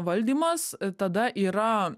valdymas tada yra